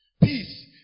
Peace